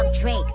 Drake